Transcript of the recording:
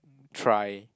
try